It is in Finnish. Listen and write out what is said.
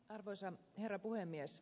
arvoisa herra puhemies